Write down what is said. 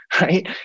right